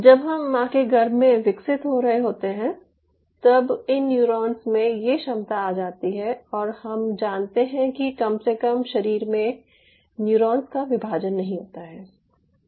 जब हम मां के गर्भ में विकसित हो रहे होते हैं तब इन न्यूरॉन्स में ये क्षमता आ जाती है और हम जानते है कि कम से कम शरीर में न्यूरॉन्स का विभाजन नहीं होता है